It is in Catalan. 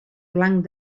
blanc